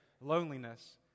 loneliness